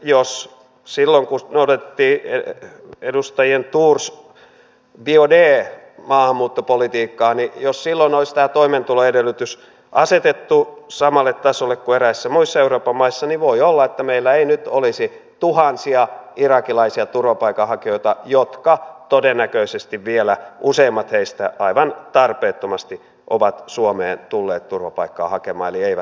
jos silloin kun noudatettiin edustajien thors ja biaudet maahanmuuttopolitiikkaa olisi tämä toimeentuloedellytys asetettu samalle tasolle kuin eräissä muissa euroopan maissa niin voi olla että meillä ei nyt olisi tuhansia irakilaisia turvapaikanhakijoita jotka todennäköisesti vielä useimmat heistä aivan tarpeettomasti ovat suomeen tulleet turvapaikkaa hakemaan eli eivät tule sitä saamaan